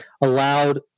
allowed